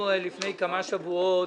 - CRS),